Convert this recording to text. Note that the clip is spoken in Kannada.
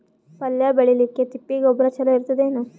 ಪಲ್ಯ ಬೇಳಿಲಿಕ್ಕೆ ತಿಪ್ಪಿ ಗೊಬ್ಬರ ಚಲೋ ಇರತದೇನು?